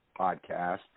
podcast